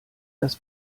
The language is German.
das